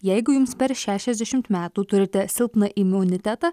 jeigu jums per šešiasdešimt metų turite silpną imunitetą